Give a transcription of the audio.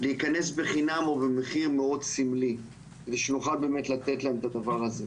להיכנס בחינם או במחיר מאוד סמלי כדי שנוכל לתת להם את הדבר הזה,